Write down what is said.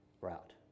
route